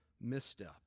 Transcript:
misstep